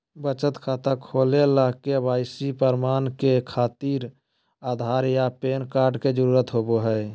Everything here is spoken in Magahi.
बचत खाता खोले ला के.वाइ.सी प्रमाण के खातिर आधार आ पैन कार्ड के जरुरत होबो हइ